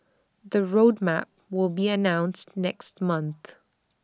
the road map will be announced next month